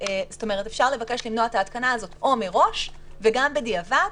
אפשר לבקש למנוע את ההתקנה הזאת או מראש וגם בדיעבד,